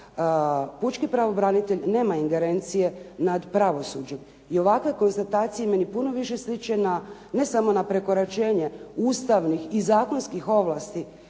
Pučki pravobranitelj nema ingerencije nad pravosuđem, i ovakve konstatacije meni puno više sliče na, ne samo na prekoračenje Ustavnih i zakonskih ovlasti